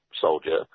soldier